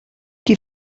qui